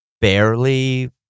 barely